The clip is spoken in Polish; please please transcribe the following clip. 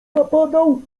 zapadał